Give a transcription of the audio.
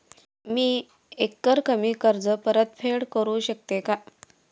मी एकरकमी कर्ज परतफेड करू शकते का?